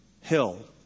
hill